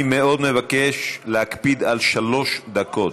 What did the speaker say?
אני מאוד מבקש להקפיד על שלוש דקות.